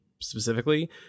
specifically